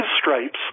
stripes